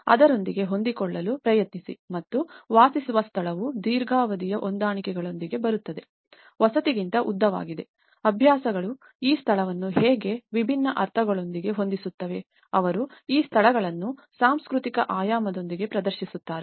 ಅದರೊಂದಿಗೆ ಹೊಂದಿಕೊಳ್ಳಲು ಪ್ರಯತ್ನಿಸಿ ಮತ್ತು ವಾಸಿಸುವ ಸ್ಥಳವು ದೀರ್ಘಾವಧಿಯ ಹೊಂದಾಣಿಕೆಗಳೊಂದಿಗೆ ಬರುತ್ತದೆ ವಸತಿಗಿಂತ ಉದ್ದವಾಗಿದೆ ಅಭ್ಯಾಸಗಳು ಈ ಸ್ಥಳವನ್ನು ಹೇಗೆ ವಿಭಿನ್ನ ಅರ್ಥಗಳೊಂದಿಗೆ ಹೊಂದಿಸುತ್ತವೆ ಅವರು ಈ ಸ್ಥಳಗಳನ್ನು ಸಾಂಸ್ಕೃತಿಕ ಆಯಾಮದೊಂದಿಗೆ ಪ್ರದರ್ಶಿಸುತ್ತಾರೆ